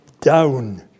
down